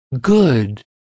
good